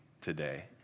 today